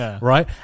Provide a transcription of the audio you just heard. right